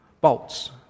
bolts